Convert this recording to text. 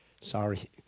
Sorry